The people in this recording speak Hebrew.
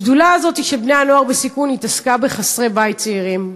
השדולה הזאת של בני-הנוער בסיכון התעסקה בחסרי בית צעירים,